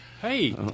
Hey